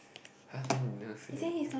!huh! then you never say